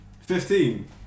Fifteen